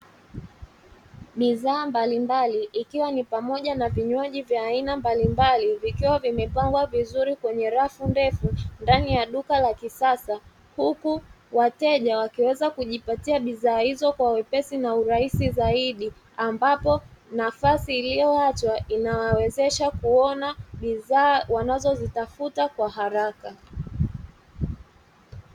Bidhaa mbalimbali ikiwa ni pamoja na vinywaji vya aina mbalimbali vikiwa vimepangwa vizuri kwenye rafu ndefu ndani ya duka la kisasa, huku wateja wakiweza kujipatia bidhaa hizo kwa wepesi na urahisi zaidi ambapo nafasi iliyoachwa inawawezesha kuona bidhaa wanazozitafuta kwa haraka.